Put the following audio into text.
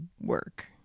work